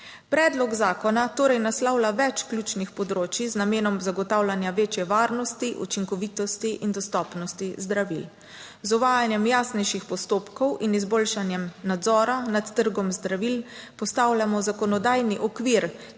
Predlog zakona torej naslavlja več ključnih področij z namenom zagotavljanja večje varnosti, učinkovitosti in dostopnosti zdravil. Z uvajanjem jasnejših postopkov in izboljšanjem nadzora nad trgom zdravil postavljamo zakonodajni okvir,